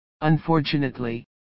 Unfortunately